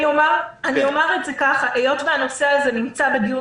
אומר כך: היות והנושא הזה נמצא בדיון